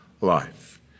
life